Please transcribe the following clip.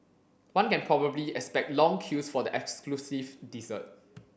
one can probably expect long queues for the exclusive dessert